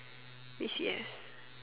B_C_S